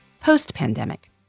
post-pandemic